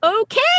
okay